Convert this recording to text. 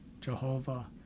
Jehovah